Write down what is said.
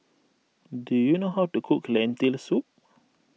do you know how to cook Lentil Soup